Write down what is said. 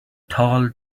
tall